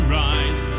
rise